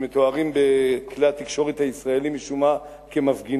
שמתוארים בכלי התקשורת הישראלית כמפגינים,